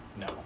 No